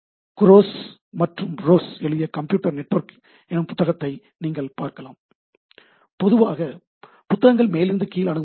குரோஸ் மற்றும் ரோஸ் எழுதிய "computer network" என்னும் புத்தகத்தை நீங்கள் பார்க்கலாம் பொதுவாக புத்தகங்கள் மேலிருந்து கீழ் அணுகுமுறையில் இருக்கும்